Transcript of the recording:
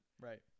Right